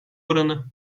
oranı